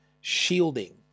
shielding